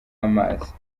amazi